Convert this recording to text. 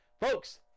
Folks